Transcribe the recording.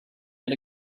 yet